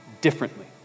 differently